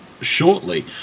shortly